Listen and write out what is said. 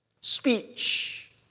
speech